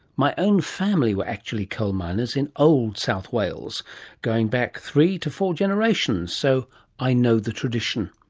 my own family were actually coal miners in old south wales going back three to four generations, so i know the tradition.